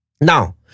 now